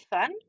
fun